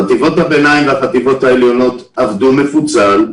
חטיבות הביניים והחטיבות העליונות עבדו מפוצל.